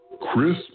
Chris